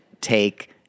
take